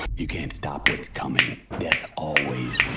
you can't stop what's coming. death always